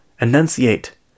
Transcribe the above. enunciate